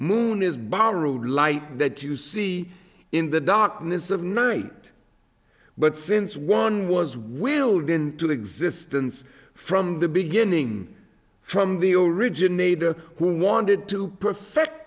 moon is borrowed light that you see in the darkness of night but since one was willed into existence from the beginning from the originator who wanted to perfect